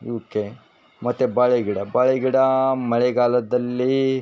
ಇವುಕ್ಕೆ ಮತ್ತು ಬಾಳೆ ಗಿಡ ಬಾಳೆ ಗಿಡ ಮಳೆಗಾಲದಲ್ಲಿ